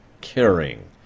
caring